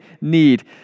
need